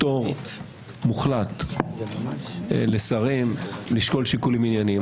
פטור מוחלט לשרים לשקול שיקולים ענייניים.